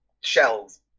shells